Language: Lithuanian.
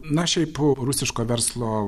na šiaip rusiško verslo